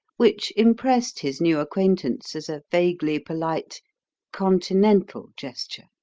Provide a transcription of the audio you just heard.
which impressed his new acquaintance as a vaguely polite continental gesture.